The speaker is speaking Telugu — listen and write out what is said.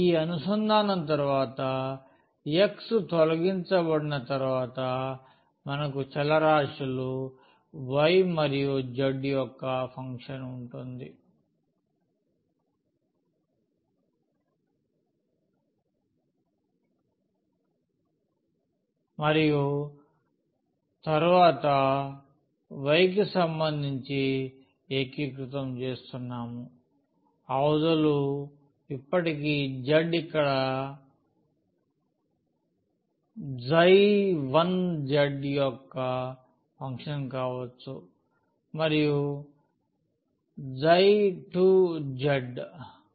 ఈ అనుసంధానం తరువాత x తొలగించబడిన తరువాత మనకు చలరాశులు y మరియు z యొక్క ఫంక్షన్ ఉంటుంది మరియు తరువాత మేము y కి సంబంధించి ఏకీకృతం చేస్తున్నాము అవధులు ఇప్పటికీ z ఇలా 1z యొక్క ఫంక్షన్ కావచ్చు మరియు 2z